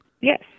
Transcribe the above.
Yes